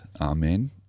Amen